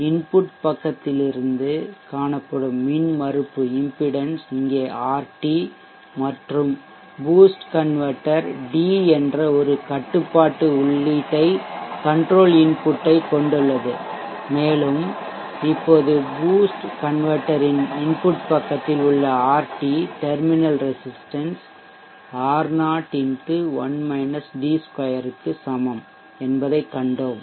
input பக்கத்திலிருந்து காணப்படும் மின்மறுப்புஇம்பிடென்ஷ் இங்கே ஆர்டி மற்றும் பூஸ்ட் கன்வெர்ட்டெர் d என்ற ஒரு கட்டுப்பாட்டு உள்ளீட்டைக் கொண்டுள்ளது மேலும் இப்போது பூஸ்ட் கன்வெர்ட்டெர் இன் இன்புட் பக்கத்தில் உள்ள ஆர்டி டெர்மினல் ரெசிஸ்டன்ஷ் R0 x 2 க்கு சமம் என்பதைக் கண்டோம்